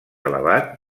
elevat